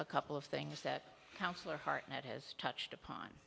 a couple of things that councillor hartnett has touched upon